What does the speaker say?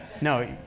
No